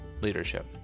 leadership